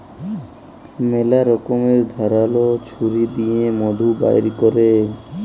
ম্যালা রকমের ধারাল ছুরি দিঁয়ে মধু বাইর ক্যরে